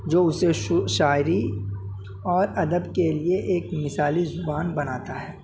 جو اسے شاعری اور ادب کے لیے ایک مثالی زبان بناتا ہے